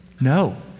No